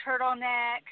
turtleneck